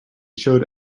showed